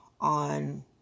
on